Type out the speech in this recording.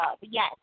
yes